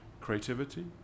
creativity